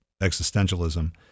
existentialism